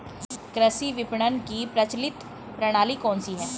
कृषि विपणन की प्रचलित प्रणाली कौन सी है?